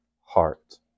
heart